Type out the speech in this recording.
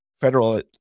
federal